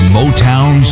Motown